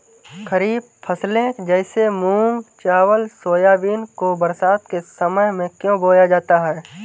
खरीफ फसले जैसे मूंग चावल सोयाबीन को बरसात के समय में क्यो बोया जाता है?